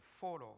follow